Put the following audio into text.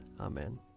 Amen